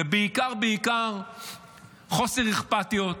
זה בעיקר בעיקר חוסר אכפתיות,